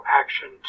action